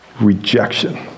rejection